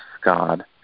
God